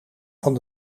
van